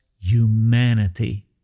humanity